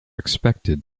expected